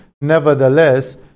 nevertheless